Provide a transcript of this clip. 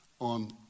on